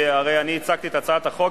כי הרי אני הצגתי את הצעת החוק,